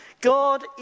God